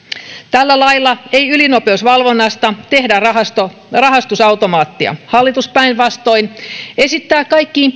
tällä lailla ei ylinopeusvalvonnasta tehdä rahastusautomaattia hallitus päinvastoin esittää kaikkein